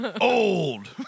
Old